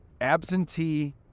absentee